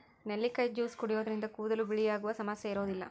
ನೆಲ್ಲಿಕಾಯಿ ಜ್ಯೂಸ್ ಕುಡಿಯೋದ್ರಿಂದ ಕೂದಲು ಬಿಳಿಯಾಗುವ ಸಮಸ್ಯೆ ಇರೋದಿಲ್ಲ